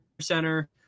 center